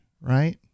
right